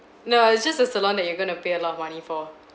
no it's just a salon that you're going to pay a lot of money for